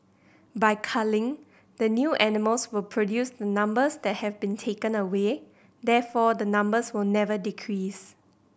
by culling the new animals will produce the numbers that have been taken away therefore the numbers will never decrease